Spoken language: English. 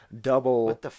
double